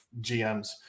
GMs